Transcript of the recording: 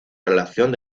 relación